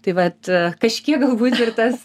tai vat kažkiek galbūt ir tas